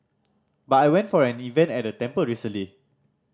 but I went for an event at a temple recently